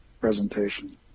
presentation